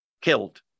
killed